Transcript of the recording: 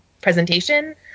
presentation